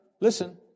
listen